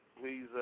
please